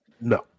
No